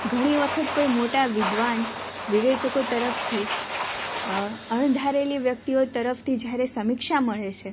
ઘણી વખત કોઈ મોટા વિદ્વાન વિવેચકો તરફથી અણધારેલી વ્યક્તિઓ તરફથી જ્યારે સમીક્ષા મળે છે